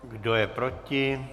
Kdo je proti?